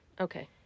Okay